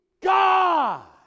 God